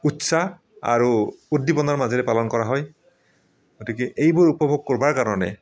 উৎসাহ আৰু উদ্দীপনাৰ মাজেৰে পালন কৰা হয় গতিকে এইবোৰ উপভোগ কৰিবৰ কাৰণে